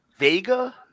Vega